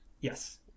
Yes